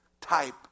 type